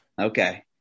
Okay